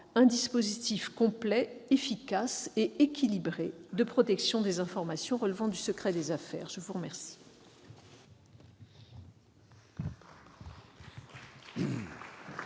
un dispositif complet, efficace et équilibré de protection des informations relevant du secret des affaires. Mes chers